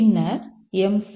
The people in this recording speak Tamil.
பின்னர் எம்